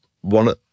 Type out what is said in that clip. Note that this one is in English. one